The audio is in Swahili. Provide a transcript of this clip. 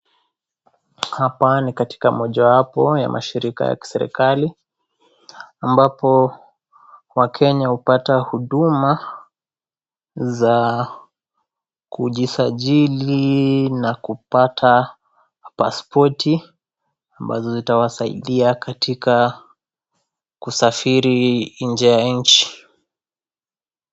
Hapa ni katika mojawapo ya mashirika ya kiserekali ambapo wakenya hupata huduma za kujisajili na kupata pasipoti ambazo zitawasaidia katika kusafiri nje ya nchi.